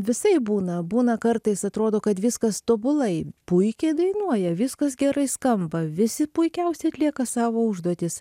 visaip būna būna kartais atrodo kad viskas tobulai puikiai dainuoja viskas gerai skamba visi puikiausiai atlieka savo užduotis